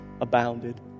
abounded